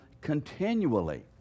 continually